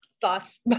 Thoughts